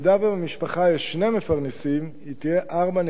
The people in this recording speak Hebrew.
שבמשפחה יש שני מפרנסים היא תהיה 4.9%